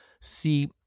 See